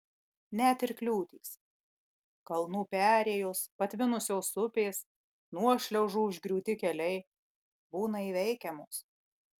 net ir kliūtys kalnų perėjos patvinusios upės nuošliaužų užgriūti keliai būna įveikiamos